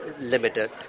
limited